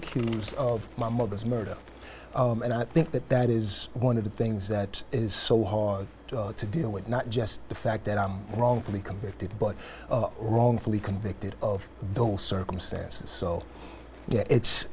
accused of my mother's murder and i think that that is one of the things that is so hard to deal with not just the fact that i'm wrong for the convicted but wrongfully convicted of those circumstances so it's it's